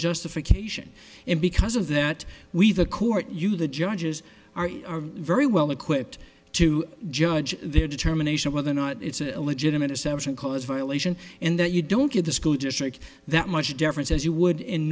justification and because of that we the court you the judges are very well equipped to judge their determination of whether or not it's an illegitimate exception cause violation and that you don't get the school district that much deference as you would in